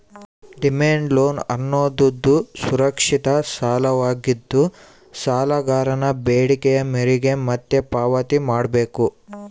demand loan ಅನ್ನೋದುದು ಸುರಕ್ಷಿತ ಸಾಲವಾಗಿದ್ದು, ಸಾಲಗಾರನ ಬೇಡಿಕೆಯ ಮೇರೆಗೆ ಮತ್ತೆ ಪಾವತಿ ಮಾಡ್ಬೇಕು